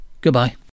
Goodbye